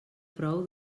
prou